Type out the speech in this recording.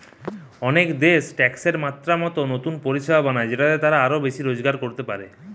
অনেক দেশ ট্যাক্সের মাত্রা মতো নতুন পরিষেবা বানায় যেটাতে তারা আরো বেশি রোজগার করতে পারে